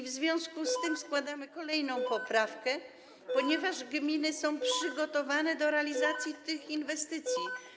W związku z tym składamy kolejną poprawkę, ponieważ gminy są przygotowane do realizacji tych inwestycji.